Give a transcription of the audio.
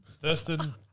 Thurston